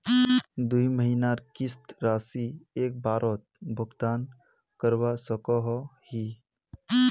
दुई महीनार किस्त राशि एक बारोत भुगतान करवा सकोहो ही?